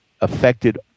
affected